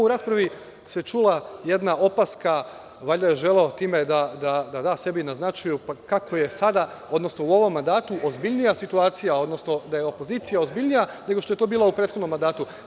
U raspravi se čula jedna opaska, valjda je želeo time da da sebi na značaju kako je sada, odnosno u ovom mandatu, ozbiljnija situacija, odnosno da je opozicija ozbiljnija nego što je to bila u prethodnom mandatu.